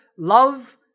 Love